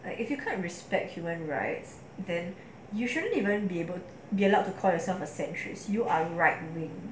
if you can't respect human rights then you shouldn't even be able be allowed to call yourself a centuries you are right wing